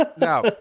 Now